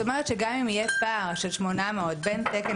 זאת אומרת שגם אם יהיה פער של 800 בין תקן